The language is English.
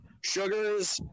sugars